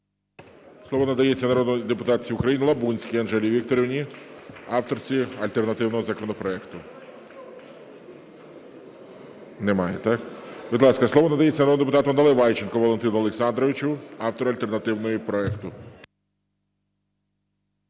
Слово надається народній депутатці України Лабунській Анжелі Вікторівні, авторці альтернативного законопроекту. Немає, так? Будь ласка, слово надається народному депутату Наливайченку Валентину Олександровичу, автору альтернативного проекту.